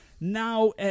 Now